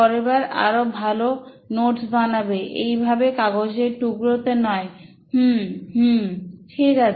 পরেরবার আরো ভালো নোটস বানাবে এই ভাবে কাগজের টুকরোতে নয় হম হম ঠিক আছে